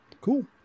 Cool